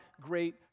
great